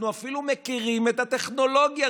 אנחנו אפילו מכירים את הטכנולוגיה,